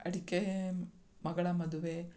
ಅಡಿಕೆ ಮಗಳ ಮದುವೆ